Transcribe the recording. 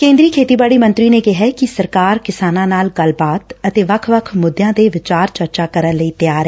ਕੇਂਦਰੀ ਖੇਤੀਬਾੜੀ ਮੰਤਰੀ ਨੇ ਕਿਹੈ ਕਿ ਸਰਕਾਰ ਕਿਸਾਨਾਂ ਨਾਲ ਗੱਲਬਾਤ ਅਤੇ ਵੱਖ ਵੱਖ ਮੁੱਦਿਆਂ ਤੇ ਵਿਚਾਰ ਚਰਚਾ ਕਰਨ ਲਈ ਤਿਆਰ ਐ